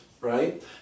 right